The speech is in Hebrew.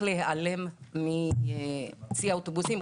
להיעלם מצי האוטובוסים,